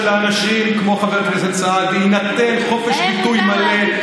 שלאנשים כמו חבר הכנסת סעדי יינתן חופש ביטוי מלא,